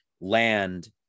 land